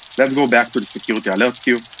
let's go back to the security alerts queue.